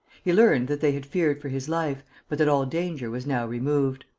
he learned that they had feared for his life, but that all danger was now removed.